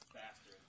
faster